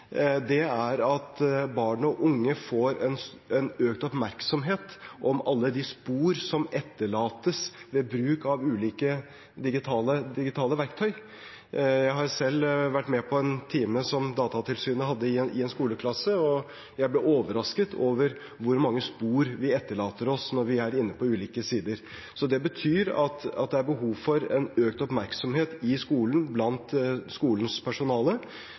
viktig, er at barn og unge får økt oppmerksomhet om alle de spor som etterlates ved bruk av ulike digitale verktøy. Jeg har selv vært med på en time som Datatilsynet hadde i en skoleklasse, og jeg ble overrasket over hvor mange spor vi etterlater oss når vi er inne på ulike sider. Det betyr at det er behov for økt oppmerksomhet om dette i skolen, blant skolens personale,